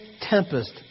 tempest